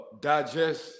digest –